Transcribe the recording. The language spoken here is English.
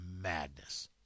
madness